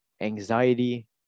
anxiety